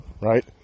Right